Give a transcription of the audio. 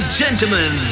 gentlemen